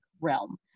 realm